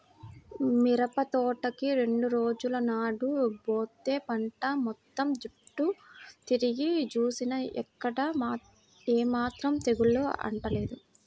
మిరపతోటకి రెండు రోజుల నాడు బోతే పంట మొత్తం చుట్టూ తిరిగి జూసినా ఎక్కడా ఏమాత్రం తెగులు అంటలేదు